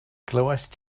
glywaist